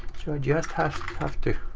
so i just have have to